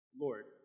Lord